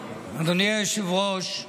היושב-ראש,